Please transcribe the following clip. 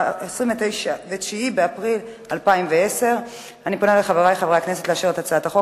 29 באפריל 2010. אני פונה לחברי חברי הכנסת לאשר את הצעת החוק,